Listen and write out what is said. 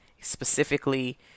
specifically